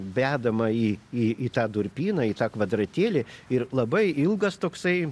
vedamąjį į į tą durpyną į tą kvadratėlį ir labai ilgas toksai